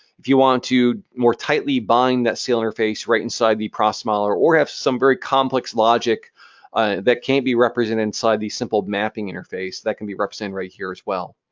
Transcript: if you want to more tightly bind that sail interface right inside the process modeler or have some very complex logic that can't be represented inside the simple mapping interface, that can be represented right here as well.